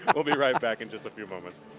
but we'll be right back in just a few moments.